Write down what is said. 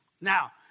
Now